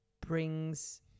brings